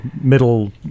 middle